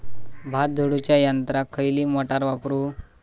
भात झोडूच्या यंत्राक खयली मोटार वापरू?